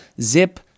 zip